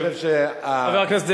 חבר הכנסת זאב.